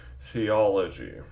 theology